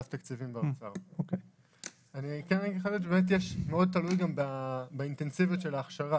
אני כן אחדד שזה גם מאוד תלוי באינטנסיביות של ההכשרה